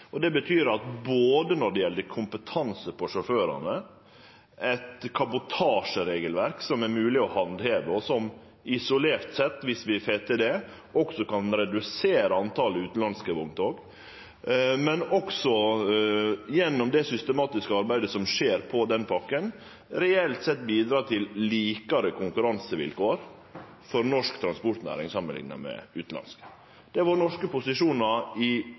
Det betyr at når det gjeld kompetansen til sjåførane, eit kabotasjeregelverk som er mogleg å handheve – og som isolert sett, viss vi får til det, også kan redusere talet på utanlandske vogntog – og også gjennom det systematiske arbeidet som skjer i den pakka, vil det reelt sett bidra til likare konkurransevilkår for norsk transportnæring samanlikna med utanlandsk. Det har vore dei norske posisjonane i